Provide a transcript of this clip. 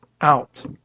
out